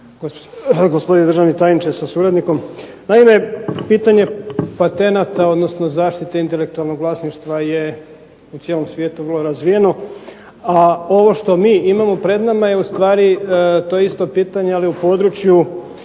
gospodine državni tajniče sa suradnikom. Naime, pitanje patenata odnosno zaštite intelektualnog vlasništva je u cijelom svijetu vrlo razvijeno, a ovo što mi imamo pred nama je u stvari to isto pitanje ali u području